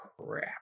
crap